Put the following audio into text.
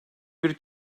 bir